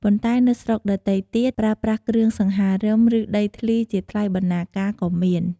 ប៉ុន្តែនៅស្រុកដទៃទៀត ប្រើប្រាស់គ្រឿងសង្ហារឹម ឬដីធ្លីជាថ្លៃបណ្ណាការក៏មាន។